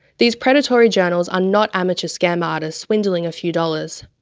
these predatory journals are not amateur scam artists swindling a few dollars.